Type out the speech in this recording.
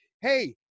hey